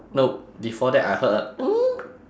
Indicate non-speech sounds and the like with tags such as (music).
nope before that I heard a (noise)